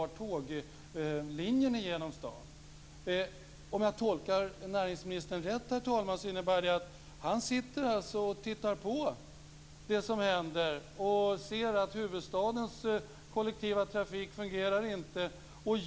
Om jag gör en riktig tolkning av det som näringsministern säger, herr talman, så innebär det att han sitter och tittar på det som händer. Han ser att huvudstadens kollektiva trafik inte fungerar.